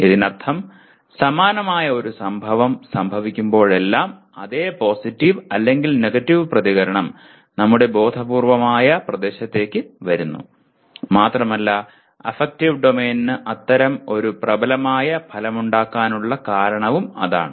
ഇതിനർത്ഥം സമാനമായ ഒരു സംഭവം സംഭവിക്കുമ്പോഴെല്ലാം അതേ പോസിറ്റീവ് അല്ലെങ്കിൽ നെഗറ്റീവ് പ്രതികരണം നമ്മുടെ ബോധപൂർവമായ പ്രദേശത്തേക്ക് വരുന്നു മാത്രമല്ല അഫക്റ്റീവ് ഡൊമെയ്നിന് അത്തരം ഒരു പ്രബലമായ ഫലമുണ്ടാകാനുള്ള കാരണവും അതാണ്